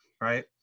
right